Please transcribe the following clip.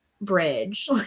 bridge